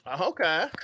Okay